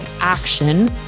action